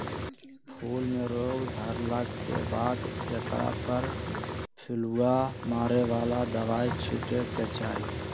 फूल में रोग धरला के बाद एकरा पर पिलुआ मारे बला दवाइ छिटे के चाही